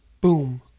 boom